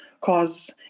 cause